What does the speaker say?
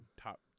top